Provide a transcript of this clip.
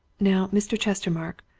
now, mr. chestermarke,